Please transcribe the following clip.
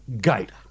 gate